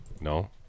No